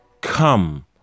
Come